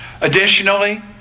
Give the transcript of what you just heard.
additionally